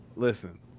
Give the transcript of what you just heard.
Listen